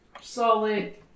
solid